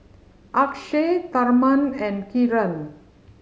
Akshay Tharman and Kiran